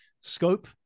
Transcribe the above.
scope